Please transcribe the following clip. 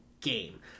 game